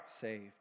saved